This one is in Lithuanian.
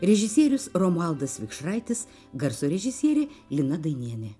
režisierius romualdas vikšraitis garso režisierė lina dainienė